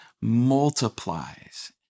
multiplies